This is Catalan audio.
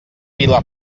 vila